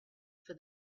for